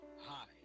Hi